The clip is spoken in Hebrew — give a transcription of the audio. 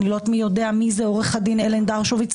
אני לא יודעת מי יודע מי זה עו"ד אלן דרשוביץ,